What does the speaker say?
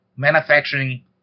Manufacturing